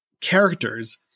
characters